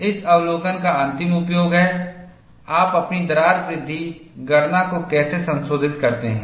इस अवलोकन का अंतिम उपयोग है आप अपनी दरार वृद्धि गणना को कैसे संशोधित करते हैं